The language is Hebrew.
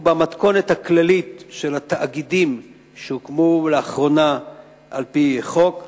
ובמתכונת הכללית של התאגידים שהוקמו לאחרונה על-פי חוק.